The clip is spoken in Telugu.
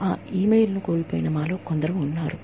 ఆ ఇ మెయిల్ను కోల్పోయిన మాలో కొందరు ఉన్నారు